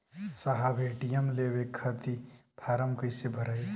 साहब ए.टी.एम लेवे खतीं फॉर्म कइसे भराई?